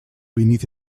beneath